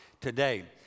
today